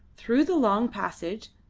through the long passage,